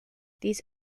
these